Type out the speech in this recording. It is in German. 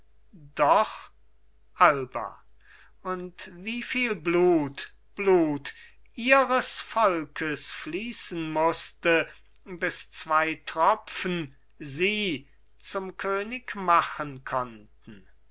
doch alba und wieviel blut blut ihres volkes fließen mußte bis zwei tropfen sie zum könig machen konnten